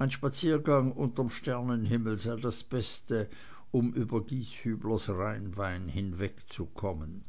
ein spaziergang unterm sternenhimmel sei das beste um über gieshüblers rheinwein hinwegzukommen